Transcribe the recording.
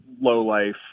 low-life